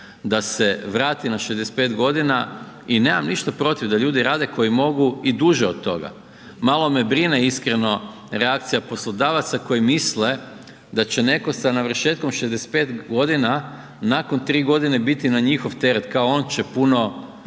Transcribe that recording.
da se vrati na 65.g. i nemam ništa protiv da ljudi rade koji mogu i duže od toga, malo me brine iskreno reakcija poslodavaca koji misle da će netko sa navršetkom 65.g. nakon 3.g. biti na njihov teret, kao on će puno,